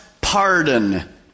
pardon